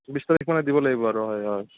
বিশ তাৰিখ মানে দিব লাগিব আৰু হয় হয়